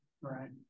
right